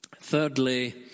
Thirdly